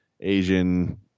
asian